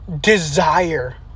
desire